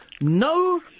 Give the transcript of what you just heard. no